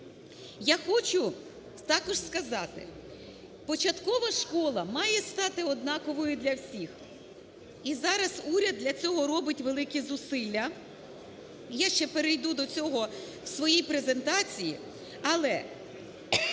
Я хочу також сказати, початкова школа має стати однаковою для всіх. І зараз уряд для цього робить великі зусилля, я ще перейду до цього в своїй презентації.